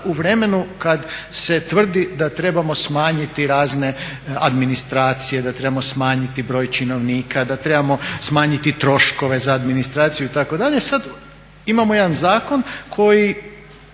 u vremenu kad se tvrdi da trebamo smanjiti razne administracije, da trebamo smanjiti broj činovnika, da trebamo smanjiti troškove za administraciju itd., sad imamo jedan zakon koji